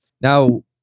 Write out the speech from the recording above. now